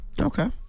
Okay